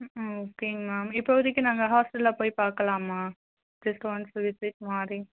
ஆ ஓகேங்க மேம் இப்போதைக்கு நாங்கள் ஹாஸ்டலை போய் பார்க்கலாமா ஜஸ்ட் ஒன்ஸ் விசிட் மாதிரி